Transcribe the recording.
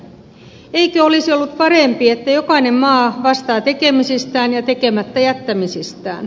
eikö olisi ollut parempi että jokainen maa vastaa tekemisistään ja tekemättä jättämisistään